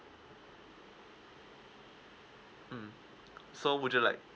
mm so would you like